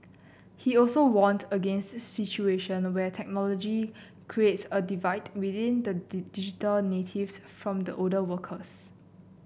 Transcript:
he also warned against situation where technology creates a divide within the digital natives from the older workers